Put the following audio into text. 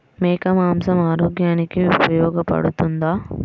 మేక మాంసం ఆరోగ్యానికి ఉపయోగపడుతుందా?